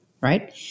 right